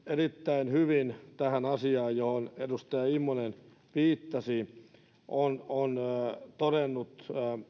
erittäin hyvin tästä asiasta johon edustaja immonen viittasi on on todennut